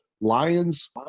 Lions